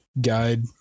guide